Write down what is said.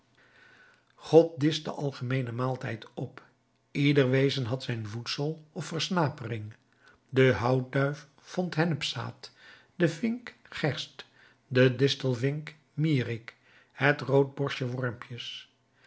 god discht den algemeenen maaltijd op ieder wezen had zijn voedsel of versnapering de houtduif vond hennepzaad de vink gerst de distelvink mierik het roodborstje wormpjes